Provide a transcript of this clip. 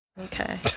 Okay